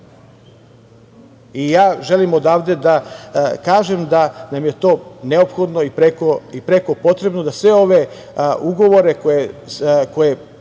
Želim odavde da kažem da nam je to neophodno i prekopotrebno, da sve ove ugovore koje